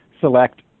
select